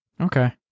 okay